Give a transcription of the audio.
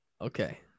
Okay